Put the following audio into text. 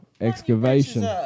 excavation